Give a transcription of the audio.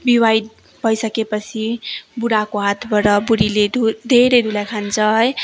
विवाहित भइसकेपछि बुढाको हातबाट बुढीले धु धेरै धुलाई खान्छ है